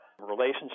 relationship